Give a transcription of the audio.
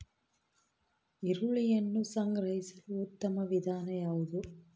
ಈರುಳ್ಳಿಯನ್ನು ಸಂಗ್ರಹಿಸಲು ಉತ್ತಮ ವಿಧಾನ ಯಾವುದು?